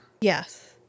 Yes